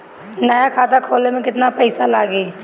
नया खाता खोले मे केतना पईसा लागि?